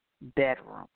bedroom